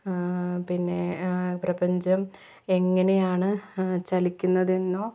പിന്നെ പ്രപഞ്ചം എങ്ങനെയാണ് ചലിക്കുന്നതെന്നോ